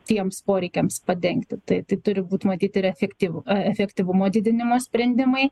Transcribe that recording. tiems poreikiams padengti tai tai turi būt matyt ir efektyvu efektyvumo didinimo sprendimai